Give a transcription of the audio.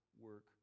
work